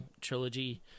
trilogy